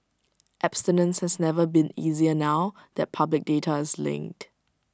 abstinence has never been easier now that public data is linked